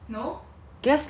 no gas lah